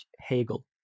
hegel